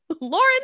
Lauren